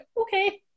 okay